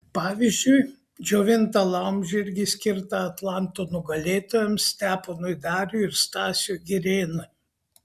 pavyzdžiui džiovintą laumžirgį skirtą atlanto nugalėtojams steponui dariui ir stasiui girėnui